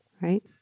Right